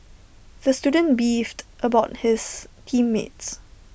the student beefed about his team mates